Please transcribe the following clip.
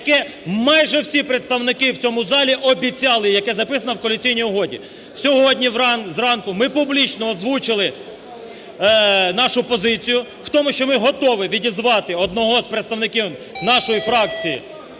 яке майже всі представники в цьому залі обіцяли, яке записано в Коаліційній угоді. Сьогодні зранку ми публічно озвучили нашу позицію в тому, що ми готові відізвати одного з представників нашої фракції